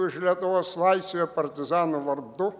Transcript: už lietuvos laisvę partizanų vardu